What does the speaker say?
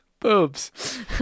Boobs